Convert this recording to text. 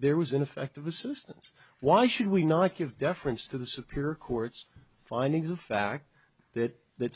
there was ineffective assistance why should we not give deference to the superior court's findings of fact that that